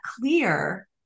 clear